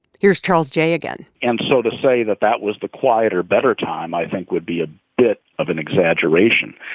here's charles geyh again and so to say that that was the quieter, better time, i think, would be a bit of an exaggeration.